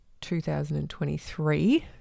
2023